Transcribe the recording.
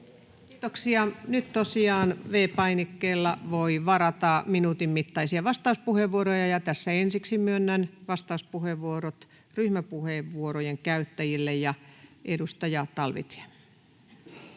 Kiitoksia. — Nyt tosiaan V-painikkeella voi varata minuutin mittaisia vastauspuheenvuoroja, ja tässä ensiksi myönnän vastauspuheenvuorot ryhmäpuheenvuorojen käyttäjille. — Edustaja Talvitie.